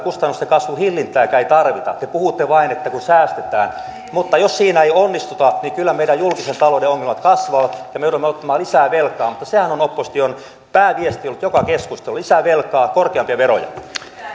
kustannusten kasvun hillintääkään ei tarvita te puhutte vain että kun säästetään mutta jos siinä ei onnistuta niin kyllä meidän julkisen talouden ongelmat kasvavat ja me joudumme ottamaan lisää velkaa mutta sehän on opposition pääviesti ollut joka keskustelussa lisää velkaa korkeampia veroja